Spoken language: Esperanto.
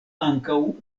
ankaŭ